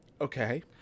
Okay